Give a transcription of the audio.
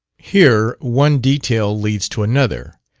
here one detail leads to another,